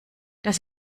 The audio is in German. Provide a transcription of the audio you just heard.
das